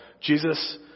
Jesus